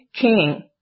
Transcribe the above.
king